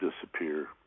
disappear